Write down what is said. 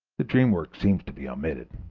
the dream work seems to be omitted.